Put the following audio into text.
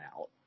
out